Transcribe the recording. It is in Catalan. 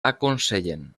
aconsellen